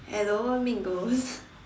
hello mean girls